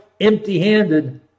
empty-handed